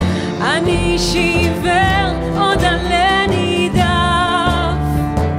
אני איש עיוור, עוד עלה נידף